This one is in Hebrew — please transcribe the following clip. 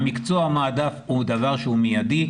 המקצוע המועדף הוא דבר שהוא מיידי.